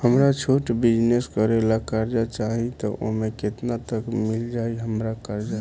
हमरा छोटा बिजनेस करे ला कर्जा चाहि त ओमे केतना तक मिल जायी हमरा कर्जा?